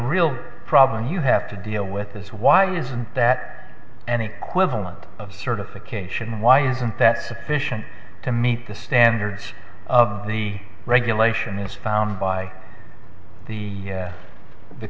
real problem you have to deal with this why isn't that an equivalent of certification why isn't that sufficient to meet the standards of the regulation is found by the